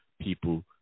people